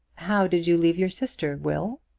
how did you leave your sister, will?